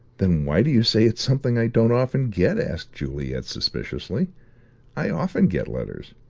then why do you say it's something i don't often get? asked juliet suspiciously i often get letters.